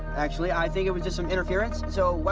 actually. i think it was just some interference. so, why